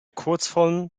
kurzform